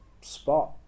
spot